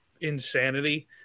insanity